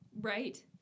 right